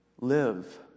Live